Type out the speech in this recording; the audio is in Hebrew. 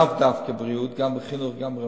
לאו דווקא בבריאות אלא גם בחינוך וגם ברווחה.